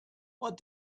what